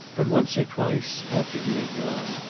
but once or twice, after he had gone,